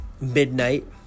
midnight